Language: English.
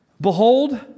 Behold